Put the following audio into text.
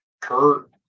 Kurt